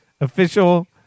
Official